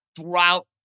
throughout